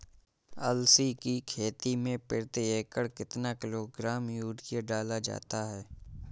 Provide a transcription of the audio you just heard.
अलसी की खेती में प्रति एकड़ कितना किलोग्राम यूरिया डाला जाता है?